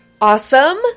Awesome